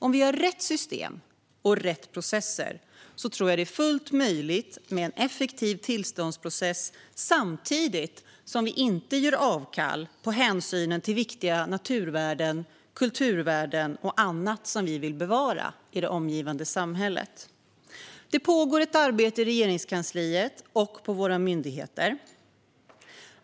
Med rätt system och rätt processer tror jag att det är fullt möjligt att ha en effektiv tillståndsprocess samtidigt som vi inte gör avkall på hänsynen till viktiga naturvärden, kulturvärden och annat som vi vill bevara i det omgivande samhället. Det pågår ett arbete i Regeringskansliet och på våra myndigheter.